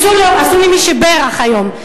עשו לי "מי שבירך" היום,